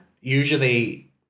Usually